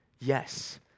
Yes